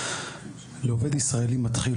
לעובד ישראלי מתחיל,